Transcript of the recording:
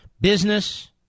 business